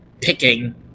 picking